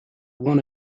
one